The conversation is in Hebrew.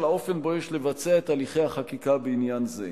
לאופן שבו יש לבצע את הליכי החקיקה בעניין זה.